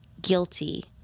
guilty